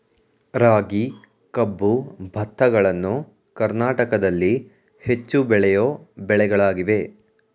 ರಾಗಿ, ಕಬ್ಬು, ಭತ್ತಗಳನ್ನು ಕರ್ನಾಟಕದಲ್ಲಿ ಹೆಚ್ಚು ಬೆಳೆಯೋ ಬೆಳೆಗಳಾಗಿವೆ